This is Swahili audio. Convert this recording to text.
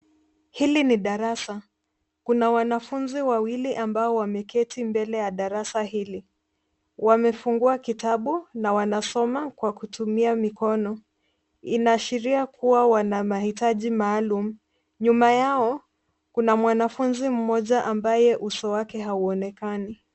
Hili ni darasa kuna wanafunzi wawili ambao wameketi mbele ya darasa hili, wamefungua kitabu na wanasoma kwa kutumia mikono inaashiria kua wana mahitaji maalum. Nyuma yao kuna mwanafunzi moja ambaye uso wake hauonekani.